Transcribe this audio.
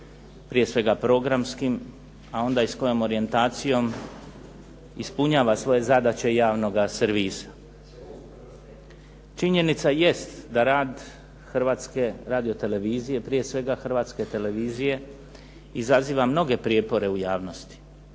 prije svega programskim, a onda i s kojom orijentacijom ispunjava svoje zadaće javnoga servisa. Činjenica jest da rad Hrvatske radiotelevizije, prije svega Hrvatske televizije izaziva mnoge prijepore u javnosti,